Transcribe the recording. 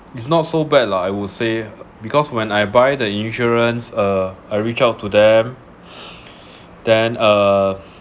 it's not so bad lah I would say because when I buy the insurance uh I reach out to them then uh